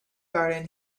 garden